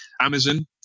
Amazon